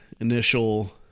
initial